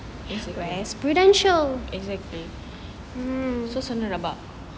yes betul exactly so sooner about